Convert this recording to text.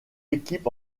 équipes